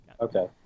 Okay